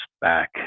back